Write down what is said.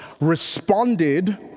responded